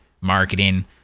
marketing